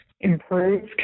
improved